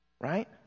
Right